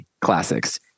classics